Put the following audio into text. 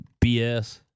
BS